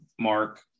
Mark